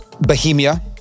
Bohemia